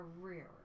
career